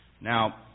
Now